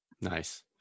Nice